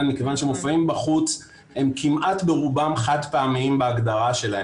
מכיוון שמופעים בחוץ הם כמעט ברובם חד פעמיים בהגדרה שלהם,